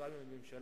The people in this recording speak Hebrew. יתואם עם הממשלה,